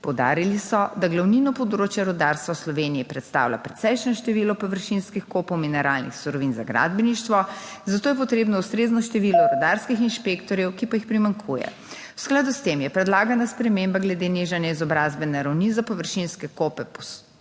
Poudarili so, da glavnino področja rudarstva v Sloveniji predstavlja precejšnje število površinskih kopov mineralnih surovin za gradbeništvo. Zato je potrebno ustrezno število rudarskih inšpektorjev, ki pa jih primanjkuje. V skladu s tem je predlagana sprememba glede nižanja izobrazbene ravni za površinske kope poskus